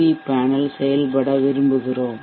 we panel செயல்பட விரும்புகிறோம்